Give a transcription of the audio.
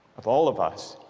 of all of us,